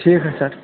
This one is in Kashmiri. ٹھیٖک حظ چھِ سَر